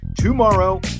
tomorrow